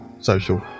social